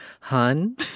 hun